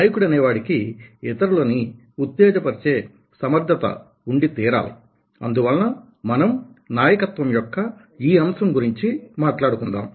నాయకుడనేవాడికి ఇతరులని ఉత్తేజపరిచే సమర్థత ఉండితీరాలి అందువలన మనం నాయకత్వం యొక్క ఈ అంశం గురించి మాట్లాడుకుందాం